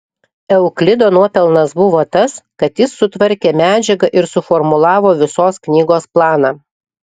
euklido nuopelnas buvo tas kad jis sutvarkė medžiagą ir suformulavo visos knygos planą